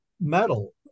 metal